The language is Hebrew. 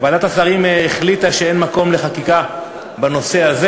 ועדת השרים החליטה שאין מקום לחקיקה בנושא הזה.